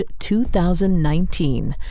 2019